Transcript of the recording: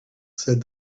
said